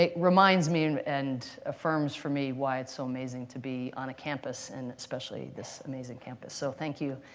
ah reminds me and and affirms for me why it's so amazing to be on a campus, and especially this amazing campus. so thank you.